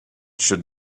should